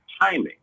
timing